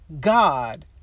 God